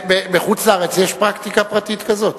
בחוץ-לארץ יש פרקטיקה פרטית כזאת?